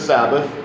Sabbath